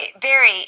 Barry